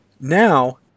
Now